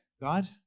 God